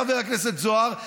חבר הכנסת זוהר,